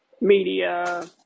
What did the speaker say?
media